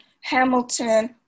Hamilton